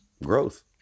growth